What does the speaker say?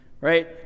right